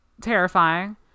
terrifying